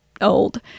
old